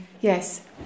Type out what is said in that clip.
Yes